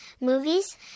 movies